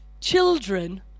children